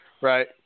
Right